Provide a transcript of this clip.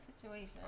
situation